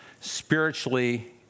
spiritually